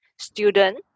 student